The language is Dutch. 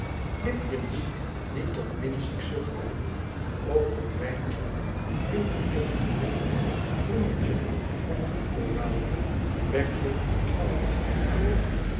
lipjens die tot minziek zuchten ook tot wijntjen drinken luchten roemertjen van bloedkoraal bekjen van een nachtegaal